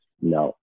No